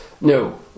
No